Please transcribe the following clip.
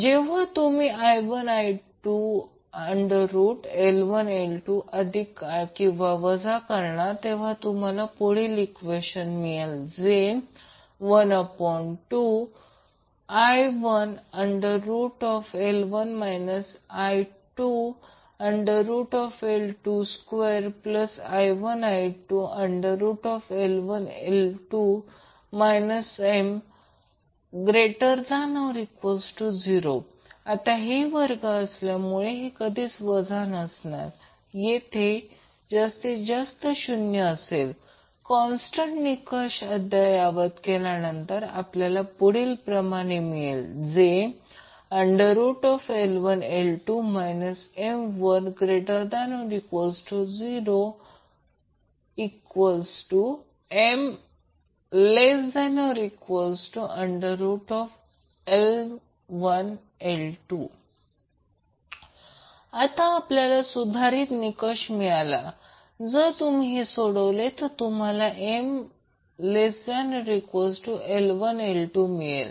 जेव्हा तुम्ही i1i2L1L2 अधिक किंवा वजा करणार तेव्हा तुम्हाला पुढील ईक्वेशन मिळेल 12i1L1 i2L22i1i2L1L2 M≥0 आता हे वर्ग असल्यामुळे हे कधीच वजा नसणार येथे जास्तीत जास्त शून्य असेल कॉन्स्टंट निकष अद्ययावत केल्यावर आपल्याला मिळेल L1L2 M≥0⇒M≤L1L2 आता आपल्याला सुधारित निकष मिळाला तुम्ही जर हे सोडवले तर तुम्हाला M≤L1L2 मिळेल